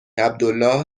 عبدالله